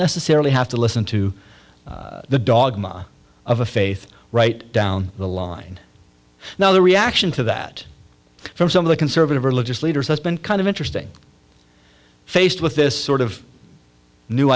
necessarily have to listen to the dog mama of a faith right down the line now the reaction to that from some of the conservative religious leaders has been kind of interesting faced with this sort of new